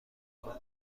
کنم